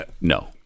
No